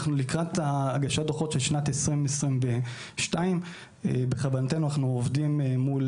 אנחנו לקראת הגשת הדוחות של שנת 2022. אנחנו עובדים מול